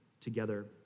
together